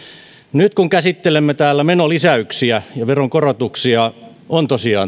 nyt kun käsittelemme täällä menolisäyksiä ja veronkorotuksia on tosiaan